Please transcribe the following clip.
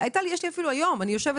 אני חושב